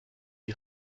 die